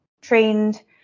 trained